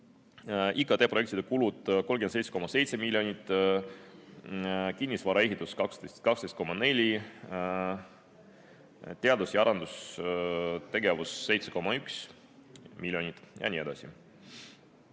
IKT-projektide kulud 37,7 miljonit, kinnisvaraehitus 12,4 miljonit, teadus‑ ja arendustegevus 7,1 miljonit ja nii edasi.